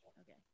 Okay